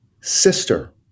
sister